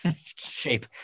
shape